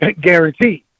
guaranteed